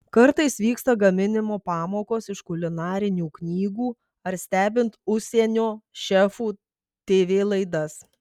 kartais vyksta gaminimo pamokos iš kulinarinių knygų ar stebint užsienio šefų tv laidas